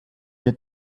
get